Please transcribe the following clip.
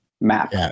map